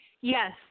Yes